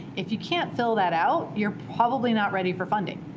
if you can't fill that out, you're probably not ready for funding,